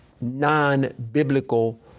non-biblical